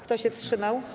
Kto się wstrzymał?